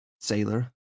sailor